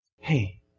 Hey